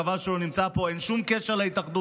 חבל שהוא לא נמצא פה: אין שום קשר להתאחדות.